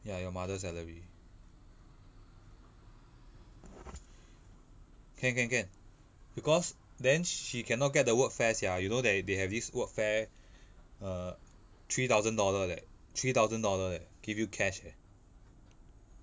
ya your mother salary can can can because then she cannot get the workfare sia you know that they have this workfare err three thousand dollar leh three thousand dollar leh give you cash eh